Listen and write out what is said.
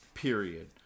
period